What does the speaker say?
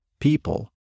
people